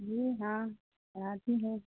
جی ہاں پڑھاتی ہوں